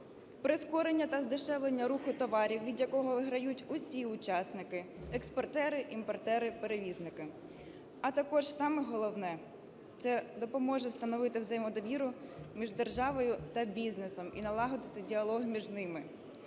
прискорення та здешевлення руху товарів, від якого виграють усі учасники: експортери, імпортери, перевізники, а також саме головне – це допоможе встановити взаємодовіру між державою та бізнесом і налагодити діалог між ними.